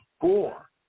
four